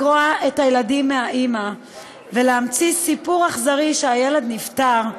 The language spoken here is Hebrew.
לקרוע את הילדים מהאימא ולהמציא סיפור אכזרי שהילד נפטר,